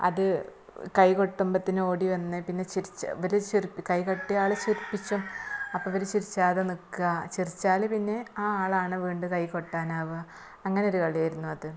അത് കൈ കൊട്ടുമ്പത്തിന് ഓടി വന്ന് പിന്നെ കൈകൊട്ടിയ ആള് ചിരിപ്പിച്ചും അപ്പോള് ഇവര് ചിരിച്ചാതെ നില്ക്കുക ചിരിച്ചാല് പിന്നെ ആ ആളാണ് വീണ്ടും കൈ കൊട്ടാനാവുക അങ്ങനൊരു കളിയായിരുന്നു അത്